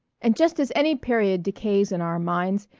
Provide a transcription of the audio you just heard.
and just as any period decays in our minds,